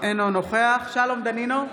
אינו נוכח שלום דנינו,